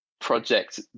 project